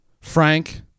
Frank